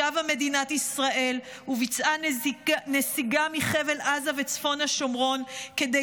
שבה מדינת ישראל וביצעה נסיגה מחבל עזה וצפון השומרון כדי